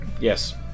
Yes